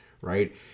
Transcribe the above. right